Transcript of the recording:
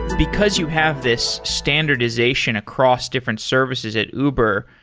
because you have this standardization across different services at uber,